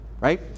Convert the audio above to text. right